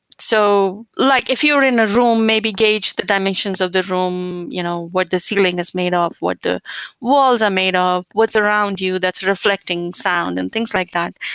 so like if you're in a room, maybe gauge the dimensions of the room. you know what the ceiling is made ah of? what the walls are made of? what's around you that's reflecting sound and things like that?